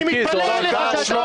אני מתפלא עליך.